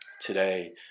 today